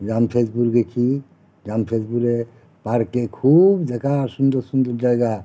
জামশেদপুর গেছি জামশেদপুরে পার্কে খুব দেখার সুন্দর সুন্দর জায়গা